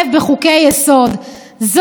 זו הייתה הדעה הרווחת.